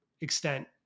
extent